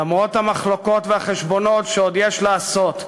למרות המחלוקות והחשבונות שעוד יש לעשות,